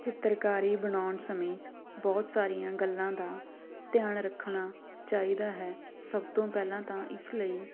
ਚਿੱਤਰਕਾਰੀ ਬਣਾਉਣ ਸਮੇਂ ਬਹੁਤ ਸਾਰੀਆਂ ਗੱਲਾਂ ਦਾ ਧਿਆਨ ਰੱਖਣਾ ਚਾਹੀਦਾ ਹੈ ਸਭ ਤੋਂ ਪਹਿਲਾਂ ਤਾਂ ਇਸ ਲਈ